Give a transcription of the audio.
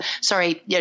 sorry